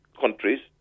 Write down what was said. countries